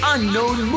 Unknown